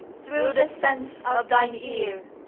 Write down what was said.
through the sense of thine ear,